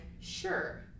Sure